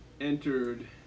entered